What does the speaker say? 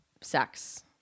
sex